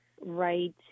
right